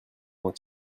avant